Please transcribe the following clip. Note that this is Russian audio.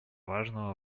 важного